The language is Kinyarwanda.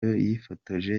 yifotoje